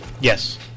Yes